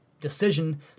decision